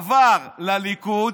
עבר לליכוד,